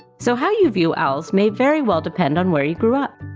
so how you view owls may very well depend on where you grew up.